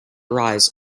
rise